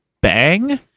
bang